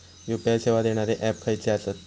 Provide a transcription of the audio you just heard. UPI सेवा देणारे app खयचे आसत?